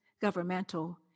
governmental